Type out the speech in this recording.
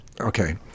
Okay